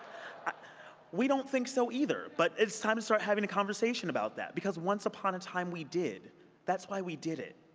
ah we don't think so either, but it's time to start having a conversation about that, because once upon a time we domestic that's why we did it.